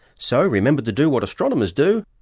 so, remember to do what astronomers do,